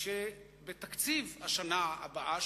שבתקציב השנה הבאה,